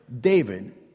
David